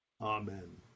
Amen